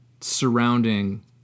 surrounding